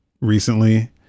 recently